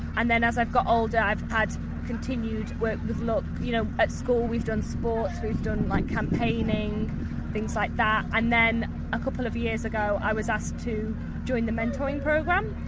and then as i've got older, i've had continued work with look you know at school we've done sports, we've done like campaigning things like that. and then a couple of years ago i was asked to join the mentoring programme.